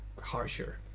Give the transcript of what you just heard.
harsher